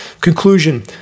Conclusion